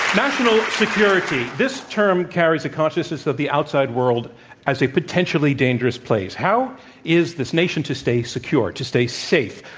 national security. this term carries the consciousness of the outside world as a potentially dangerous place. how is this nation to stay secure, to stay safe?